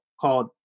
called